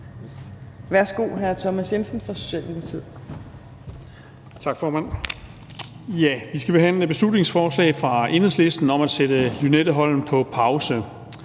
(Ordfører) Thomas Jensen (S): Tak, formand. Vi skal behandle et beslutningsforslag fra Enhedslisten om at sætte Lynetteholm på pause,